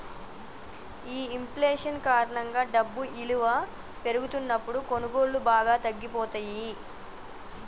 ఈ ఇంఫ్లేషన్ కారణంగా డబ్బు ఇలువ పెరుగుతున్నప్పుడు కొనుగోళ్ళు బాగా తగ్గిపోతయ్యి